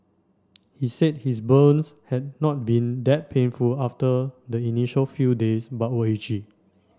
he said his burns had not been that painful after the initial few days but were itchy